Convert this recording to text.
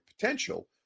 potential